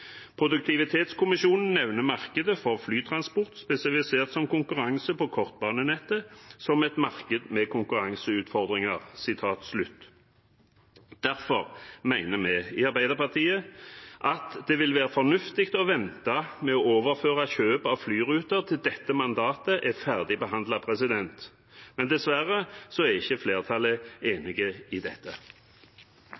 Produktivitetskommisjonen nevner markedet for flytransport, spesifisert som konkurranse på kortbanenettet, som et marked med konkurranseutfordringer.» Derfor mener vi i Arbeiderpartiet at det ville være fornuftig å vente med å overføre kjøp av flyruter til dette mandatet er ferdig behandlet, men dessverre er ikke flertallet